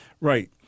Right